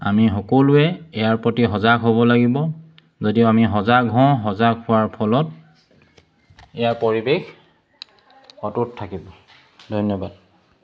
আমি সকলোৱে ইয়াৰ প্ৰতি সজাগ হ'ব লাগিব যদি আমি সজাগ হওঁ সজাগ হোৱাৰ ফলত ইয়াৰ পৰিৱেশ অটুট থাকিব ধন্যবাদ